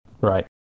right